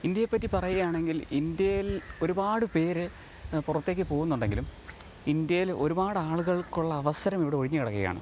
ഇന്ത്യയെ പറ്റി പറയുകയാണെങ്കിൽ ഇന്ത്യയിൽ ഒരുപാട് പേർ പുറത്തേക്കു പോകുന്നുണ്ടെങ്കിലും ഇന്ത്യയിൽ ഒരുപാട് ആളുകൾക്കുള്ള അവസരം ഇവിടെ ഒഴിഞ്ഞു കിടക്കുകയാണ്